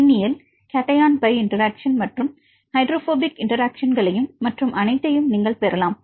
மின்னியல் cation pi interaction மற்றும் hydrophobic இன்டெராக்ஷன்களையும் மற்றும் அனைத்தையும் நீங்கள் பெறலாம்